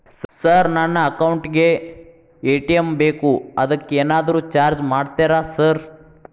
Sir ನನ್ನ account ಗೇ ATM ಬೇಕು ಅದಕ್ಕ ಏನಾದ್ರು ಚಾರ್ಜ್ ಮಾಡ್ತೇರಾ ಸರ್?